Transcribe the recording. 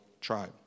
tribe